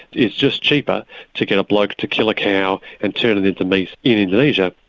it's just cheaper to get a bloke to kill a cow and turn it into meat in indonesia,